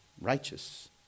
righteous